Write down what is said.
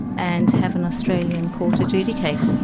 and have an australian court adjudicate.